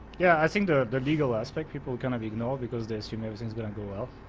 yeah, i think the the legal aspect people kind of ignore because they assume everything's gonna go well.